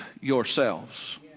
yourselves